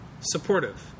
supportive